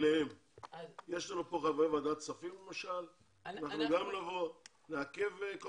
יש לנו כאן חברי ועדת כספים וגם אנחנו נבוא ונעכב כל